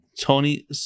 Tony